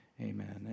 amen